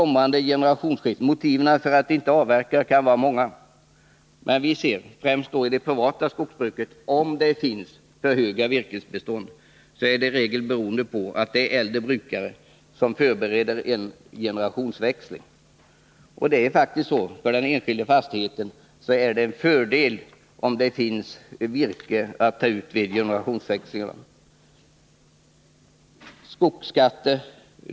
Motiven för att inte avverka kan vara många, men i den mån det finns för stora virkesbestånd, främst i det privata skogsbruket, är det i regel beroende på att det rör sig om äldre brukare som förbereder en generationsväxling. När det gäller den enskilda fastigheten är det faktiskt en fördel om det finns virke att ta ut vid generationsväxlingarna.